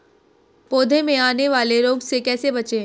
पौधों में आने वाले रोग से कैसे बचें?